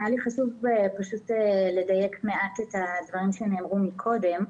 היה לי חשוב לדייק מעט את הדברים שנאמרו מקודם.